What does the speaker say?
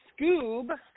Scoob